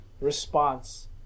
response